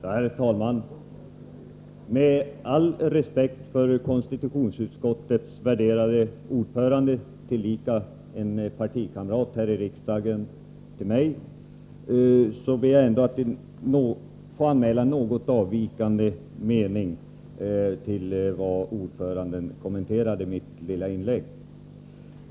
Herr talman! Med all respekt för konstitutionsutskottets värderade ordförande, tillika min partikamrat här i riksdagen, vill jag ändå anmäla en något avvikande mening i fråga om ordförandens kommentar till mitt inlägg.